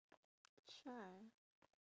sure